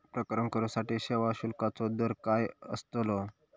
प्रकरण करूसाठी सेवा शुल्काचो दर काय अस्तलो?